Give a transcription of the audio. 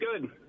good